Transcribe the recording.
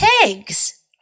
pigs